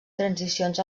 transicions